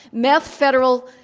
meth federal